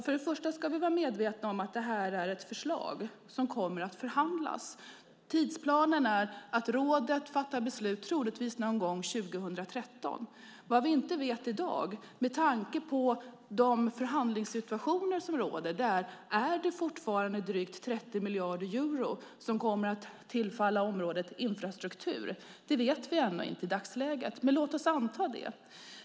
För det första ska vi vara medvetna om att det här är ett förslag som kommer att förhandlas. Tidsplanen är att rådet fattar beslut troligtvis någon gång under 2013. Vad vi inte vet i dag, med tanke på de förhandlingssituationer som råder, är om det fortfarande är drygt 30 miljarder euro som kommer att tillfalla infrastrukturområdet. Det vet vi inte i dagsläget, men låt oss anta det.